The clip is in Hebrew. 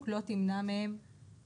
הוא יכול לקבל את המידע מהבנק.